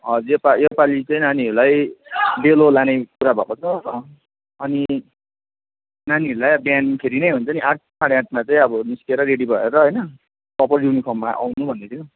हजुर यो पालि यो पालि चाहिँ नानीहरूलाई डेलो लाने कुरा भएको छ अनि नानीहरूलाई बिहान फ्री नै हुन्छ नि आठ साढे आठमा चाहिँ अब निस्किएर रेडी भएर होइन प्रोपर युनिफर्ममा आउनु भन्दैथियो